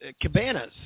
cabanas